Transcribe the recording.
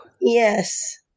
Yes